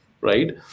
right